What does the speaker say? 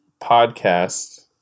podcast